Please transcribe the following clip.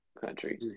country